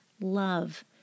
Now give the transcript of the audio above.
love